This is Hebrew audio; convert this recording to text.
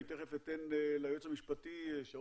אני תיכף אתן לייעוץ המשפטי על